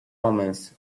omens